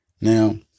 Now